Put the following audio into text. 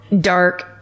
dark